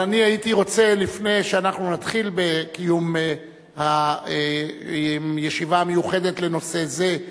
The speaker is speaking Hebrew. אבל אני הייתי רוצה שלפני שנתחיל בקיום הישיבה המיוחדת לנושא זה,